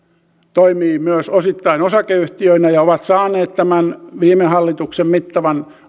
toimii myös osittain osakeyhtiöinä ja on saanut tämän viime hallituksen mittavan